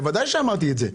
ודאי שאמרתי את זה,